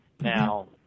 Now